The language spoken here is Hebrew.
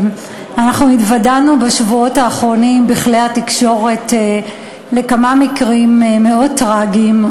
אנחנו התוודענו בשבועות האחרונים בכלי התקשורת לכמה מקרים מאוד טרגיים,